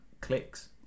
clicks